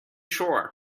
sure